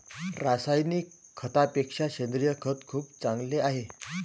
रासायनिक खतापेक्षा सेंद्रिय खत खूप चांगले आहे